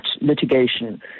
litigation